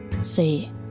See